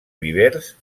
vivers